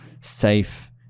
safe